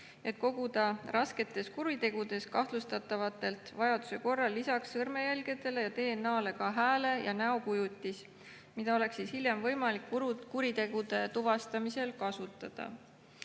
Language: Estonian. et koguda rasketes kuritegudes kahtlustatavatelt vajaduse korral lisaks sõrmejälgedele ja DNA-le ka hääle- ja näokujutis, mida oleks hiljem võimalik kuritegude tuvastamisel kasutada.